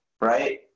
right